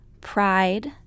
pride